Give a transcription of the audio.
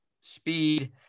speed